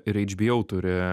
ir hbo turi